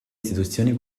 istituzioni